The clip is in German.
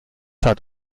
hat